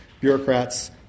bureaucrats